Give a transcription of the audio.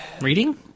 Reading